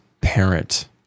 parent